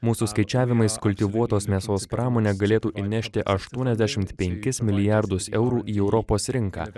mūsų skaičiavimais kultivuotos mėsos pramonė galėtų įnešti aštuoniasdešim penkis milijardus eurų į europos rinką